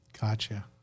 Gotcha